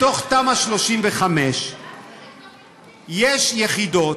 בתוך תמ"א 35 יש יחידות,